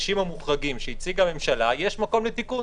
האנשים המוחרגים שהציגה הממשלה, יש מקום לתיקון.